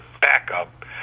backup